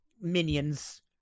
Minions